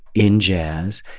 in jazz,